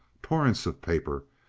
torrents of papers,